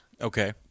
Okay